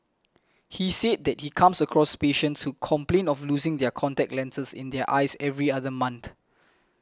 he said that he comes across patients who complain of losing their contact lenses in their eyes every other month